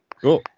cool